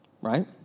Right